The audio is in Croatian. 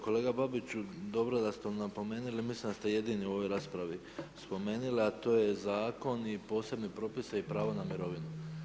Kolega Babiću dobro je da ste napomenuli, mislim da ste jedini u ovoj raspravi spomenuli a to je Zakon i posebni propisi i pravo na mirovinu.